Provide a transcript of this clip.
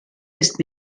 ist